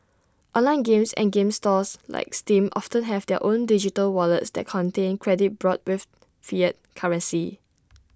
online games and game stores like steam often have their own digital wallets that contain credit bought with fiat currency